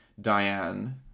Diane